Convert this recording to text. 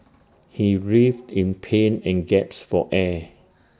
he writhed in pain and gasped for air